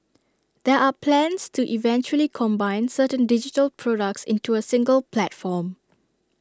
there are plans to eventually combine certain digital products into A single platform